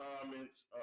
comments